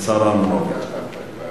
השר אהרונוביץ.